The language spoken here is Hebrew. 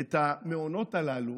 את המעונות הללו